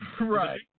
Right